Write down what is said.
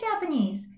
Japanese